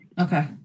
Okay